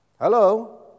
Hello